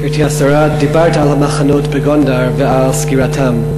גברתי השרה, דיברת על המחנות בגונדר ועל סגירתם.